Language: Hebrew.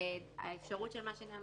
האמירה הכללית שחשוב לי להגיד היא שניהלנו